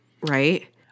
right